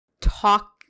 talk